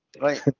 Right